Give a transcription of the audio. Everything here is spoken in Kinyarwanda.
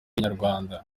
inyarwanda